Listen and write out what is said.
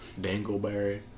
dangleberry